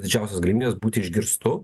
didžiausios galimybės būti išgirstu